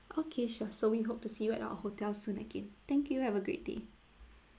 okay sure so we hope to see you at our hotel soon again thank you have a great day